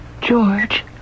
George